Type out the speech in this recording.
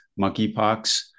monkeypox